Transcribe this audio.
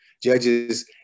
Judges